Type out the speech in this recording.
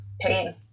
pain